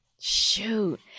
Shoot